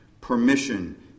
Permission